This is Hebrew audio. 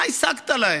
מה השגת להם?